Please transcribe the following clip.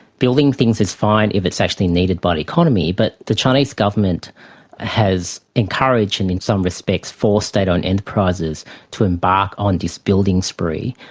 building things is fine if it is actually needed by the economy, but the chinese government has encouraged and in some respects forced state owned enterprises to embark on this building spree.